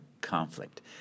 conflict